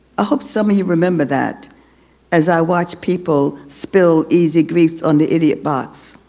ah hope some of you remember that as i watch people spill easy griefs on the idiot box.